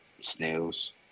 Snails